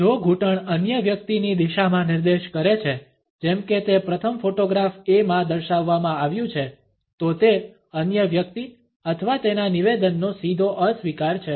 જો ઘૂંટણ અન્ય વ્યક્તિની દિશામાં નિર્દેશ કરે છે જેમ કે તે પ્રથમ ફોટોગ્રાફ A માં દર્શાવવામાં આવ્યું છે તો તે અન્ય વ્યક્તિ અથવા તેના નિવેદનનો સીધો અસ્વીકાર છે